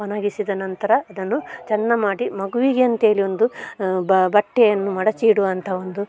ಒಣಗಿಸಿದ ನಂತರ ಅದನ್ನು ಚಂದ ಮಾಡಿ ಮಗುವಿಗೆ ಅಂತ್ಹೇಳಿ ಒಂದು ಬಟ್ಟೆಯನ್ನು ಮಡಿಚಿ ಇಡುವಂತಹ ಒಂದು